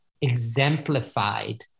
exemplified